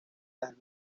las